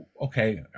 Okay